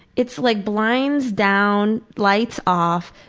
it's like blinds down, lights off,